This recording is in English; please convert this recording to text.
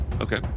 Okay